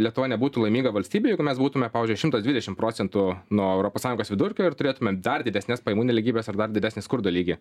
lietuva nebūtų laiminga valstybė jeigu mes būtume pavyzdžiui šimtas dvidešim procentų nuo europos sąjungos vidurkio ir turėtumėm dar didesnes pajamų nelygybes ar dar didesnį skurdo lygį